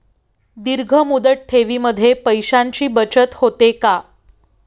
दीर्घ मुदत ठेवीमध्ये पैशांची बचत होते का?